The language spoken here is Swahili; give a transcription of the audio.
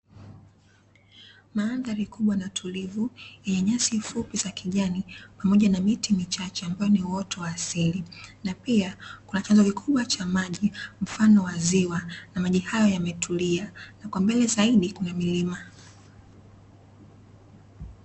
Mandhari kubwa na tulivu yenye nyasi fupi za kijani pamoja na miti michache ambayo ni uoto wa asili, na pia kuna chanzo kikubwa cha maji mfano wa ziwa, na maji hayo yametulia, na kwa mbele zaidi kuna milima.